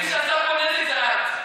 מי שעשה פה נזק זה את.